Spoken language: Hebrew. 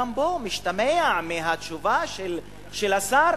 גם פה משתמע מהתשובה של השר,